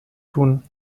tun